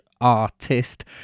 Artist